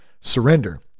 surrender